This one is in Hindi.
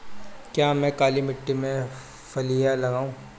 क्या मैं काली मिट्टी में फलियां लगाऊँ?